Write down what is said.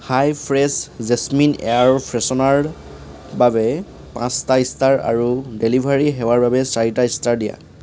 হাই fresh jasmine air ফ্ৰেছনাৰৰ বাবে পাঁচটা ষ্টাৰ আৰু ডেলিভাৰী সেৱাৰ বাবে চাৰিটা ষ্টাৰ দিয়া